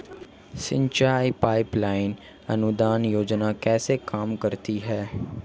सिंचाई pipeline अनुदान योजना कैसे काम करती है?